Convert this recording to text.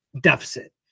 deficit